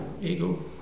ego